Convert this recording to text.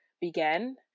begin